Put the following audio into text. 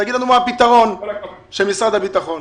תגיד לנו מה הפתרון של משרד הביטחון.